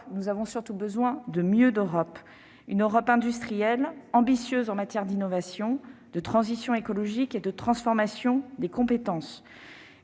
mais surtout de « mieux d'Europe ». Il nous faut une Europe industrielle, ambitieuse en matière d'innovation, de transition écologique et de transformation des compétences,